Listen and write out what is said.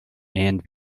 and